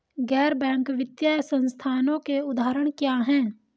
गैर बैंक वित्तीय संस्थानों के उदाहरण क्या हैं?